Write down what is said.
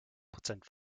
prozent